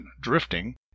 drifting